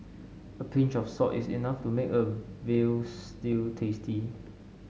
a pinch of salt is enough to make a veal stew tasty